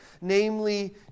namely